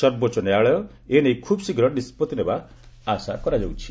ସର୍ବୋଚ୍ଚ ନ୍ୟାୟାଳୟ ଏ ନେଇ ଖୁବ୍ ଶୀଘ୍ୱ ନିଷ୍ପଭି ନେବା ଆଶା କରାଯାଉଛି